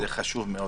זה חשוב מאוד.